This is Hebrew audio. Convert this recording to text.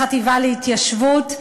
לחטיבה להתיישבות.